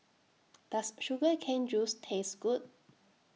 Does Sugar Cane Juice Taste Good